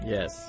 Yes